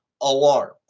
alarm